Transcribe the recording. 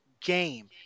game